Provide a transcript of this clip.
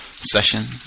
session